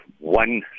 one